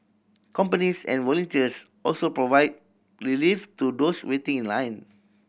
companies and volunteers also provide relief to those waiting in line